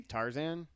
Tarzan